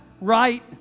right